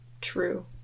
True